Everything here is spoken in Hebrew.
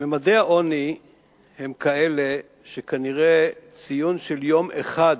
ממדי העוני הם כאלה שכנראה ציון של יום אחד,